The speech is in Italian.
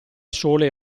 sole